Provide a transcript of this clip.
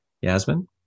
Yasmin